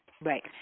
Right